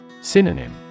Synonym